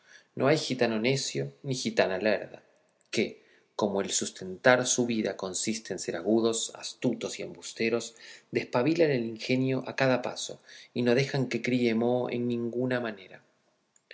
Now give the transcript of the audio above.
no hay gitano necio ni gitana lerda que como el sustentar su vida consiste en ser agudos astutos y embusteros despabilan el ingenio a cada paso y no dejan que críe moho en ninguna manera